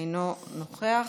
אינו נוכח,